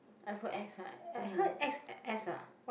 iPhone X ah I heard x_s ah what